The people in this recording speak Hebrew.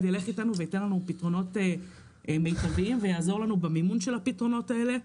וייתן לנו פתרונות מיטביים ויעזור לנו במימון הפתרונות האלה.